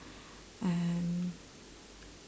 and